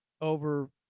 over